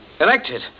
Elected